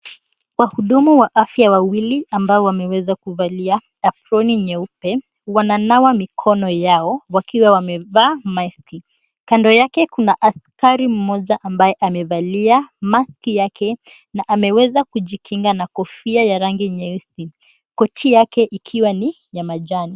Wahudumu wa afya wawili ambao wameweza kuvalia aproni nyeupe wananawa mikono yao wakiwa wamevaa maski. Kando yake kuna askari mmoja ambaye amevalia maski yake na ameweza kujikinga na kofia ya rangi nyeusi, koti yake ikiwa ni ya majani.